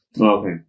Okay